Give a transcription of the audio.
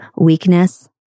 weakness